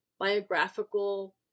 biographical